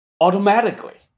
automatically